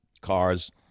Cars